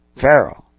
Pharaoh